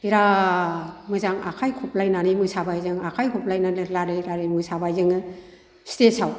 बिराद मोजां आखाइ खबलायनानै मोसाबाय जों आखाइ खबलायनानै लारि लारि मोसाबाय जोङो स्टेसआव